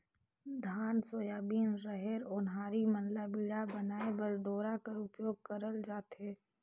धान, सोयाबीन, रहेर, ओन्हारी मन ल बीड़ा बनाए बर डोरा कर उपियोग करल जाथे